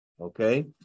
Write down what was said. okay